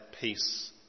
peace